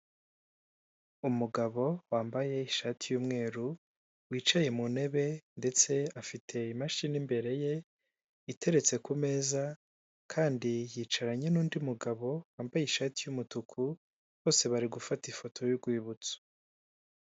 Umugabo wambaye ishati y'umweru, wicaye mu ntebe ndetse afite imashini imbere ye iteretse ku meza kandi yicaranye n'undi mugabo, wambaye ishati y'umutuku, bose bari gufata ifoto y'urwibutso.